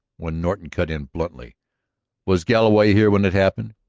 when norton cut in bluntly was galloway here when it happened?